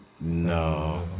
no